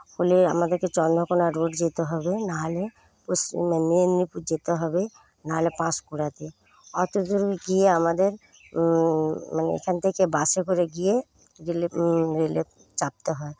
হলে আমাদেরকে চন্দ্রকোনা রোড যেতে হবে না হলে পশ্চিম মেদিনীপুর যেতে হবে না হলে পাঁশকুঁড়াতে অত দূর গিয়ে আমাদের মানে এখান থেকে বাসে করে গিয়ে গেলে রেলে চাপতে হয়